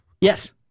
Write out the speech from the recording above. Yes